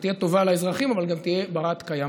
שתהיה טובה לאזרחים אבל גם תהיה בת-קיימא.